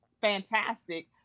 fantastic